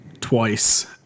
twice